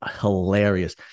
hilarious